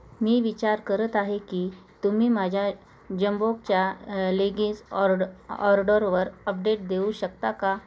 मी विचार करत आहे की तुम्ही माझ्या जंबोकच्या लेगीन्स ऑर्ड ऑर्डरवर अपडेट देऊ शकता का